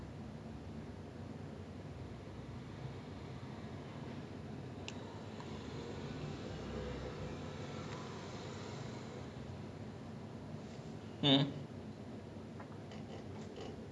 it's like it feels more stuff that can happen in daily life you know like even the batman origin story or the joker origin story things are stretched of course because it's superhero stuff but it feels like stuff that can apply in the real world at any point in time